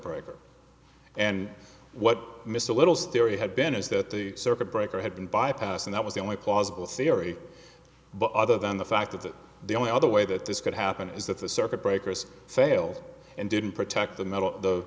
breaker and what mr little's theory had been is that the circuit breaker had been bypassed and that was the only plausible theory but other than the fact that the only other way that this could happen is that the circuit breakers failed and didn't protect the metal the